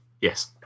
Yes